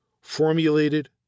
formulated